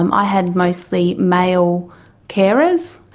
um i had mostly male carers,